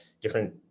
different